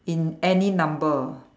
in any number